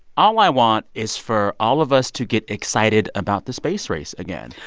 all i want is for all of us to get excited about the space race again.